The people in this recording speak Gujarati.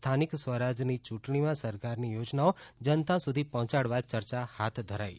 સ્થાનિક સ્વરાજની ય્રંટણીમાં સરકારની યોજનાઓ જનતા સુધી પહોચાડવા ચર્ચા હાથ ધરાઇ હતી